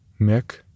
Mick